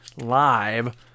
live